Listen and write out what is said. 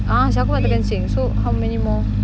ah aku pun nak terkencing so how many more